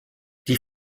die